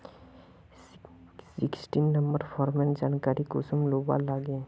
Sixteen number फार्मेर जानकारी कुंसम लुबा लागे?